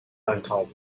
uncalled